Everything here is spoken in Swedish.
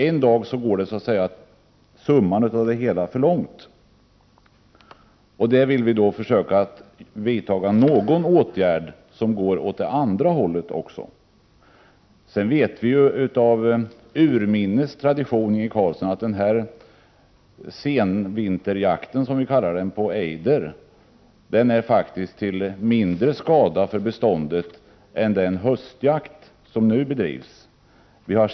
En dag blir summan av det hela för stor. Därför vill vi att man skall vidta någon åtgärd som medför att utvecklingen blir den motsatta. Sedan urminnes tider vet man att senvinterjakten på ejder är till mindre skada för beståndet än vad den höstjakt som nu bedrivs är.